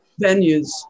Venues